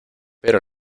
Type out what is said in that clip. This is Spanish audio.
pero